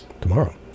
Tomorrow